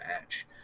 match